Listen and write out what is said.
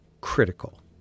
critical